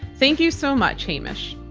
thank you so much. hamish.